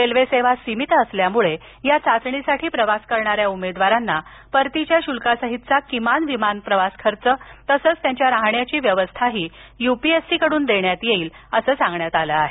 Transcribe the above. railway सेवा सीमित असल्यामुळे या चाचणीसाठी प्रवास करणाऱ्या उमेदवारांना परतीच्या शुल्कासहितचा किमान विमान प्रवास खर्च तसंच त्यांच्या राहण्याची व्यवस्थाही यु पी एस सी कडून देण्यात येईल अस सांगण्यात आलं आहे